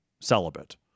celibate